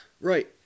right